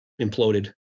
imploded